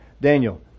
Daniel